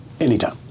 Anytime